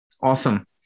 Awesome